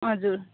हजुर